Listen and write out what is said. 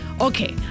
Okay